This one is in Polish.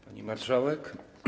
Pani Marszałek!